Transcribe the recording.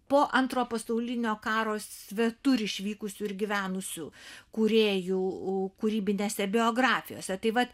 po antro pasaulinio karo svetur išvykusių ir gyvenusių kūrėjų kūrybinėse biografijose tai vat